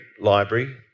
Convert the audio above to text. library